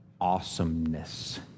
awesomeness